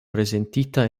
prezentita